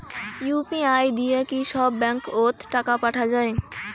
UPI দিয়া কি সব ব্যাংক ওত টাকা পাঠা যায়?